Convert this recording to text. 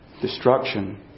Destruction